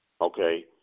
Okay